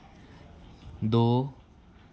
दो